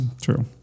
True